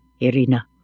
Irina